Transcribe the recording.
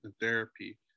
therapy